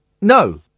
No